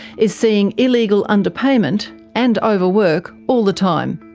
is seeing illegal underpayment and over-work all the time.